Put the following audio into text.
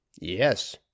yes